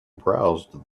browsed